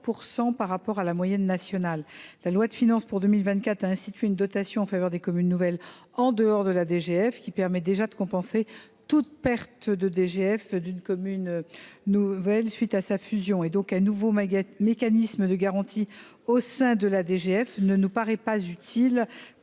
de 34 % à la moyenne nationale. La loi de finances pour 2024 a institué une dotation en faveur des communes nouvelles, distincte de la DGF, qui permet déjà de compenser toute perte pour les communes nouvelle à la suite d’une fusion. Un nouveau mécanisme de garantie au sein de la DGF ne nous paraît pas utile